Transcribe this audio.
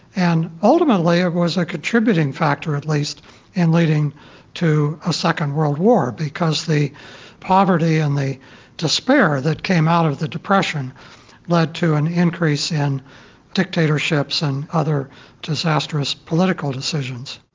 and ultimately it was a contributing factor at least in leading to a second world war, because the poverty and the despair that came out of the depression led to an increase in dictatorships and other disastrous political decisions.